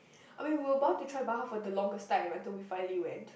I mean we were about to try Baha for the longest time until we finally went